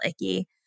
icky